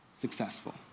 successful